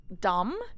dumb